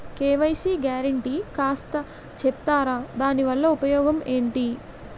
KYC guarantee కాస్త చెప్తారాదాని వల్ల ఉపయోగం ఎంటి?